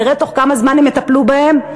ותראה תוך כמה זמן הם יטפלו בהם,